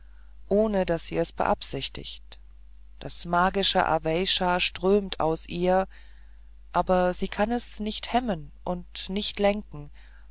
ohne daß sie es beabsichtigt das magische aweysha strömt aus ihr aber sie kann es nicht hemmen und nicht lenken